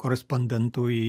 korespondentu į